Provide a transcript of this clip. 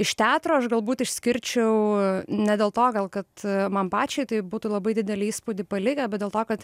iš teatro aš galbūt išskirčiau ne dėl to gal kad man pačiai tai būtų labai didelį įspūdį palikę bet dėl to kad